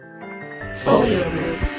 Folio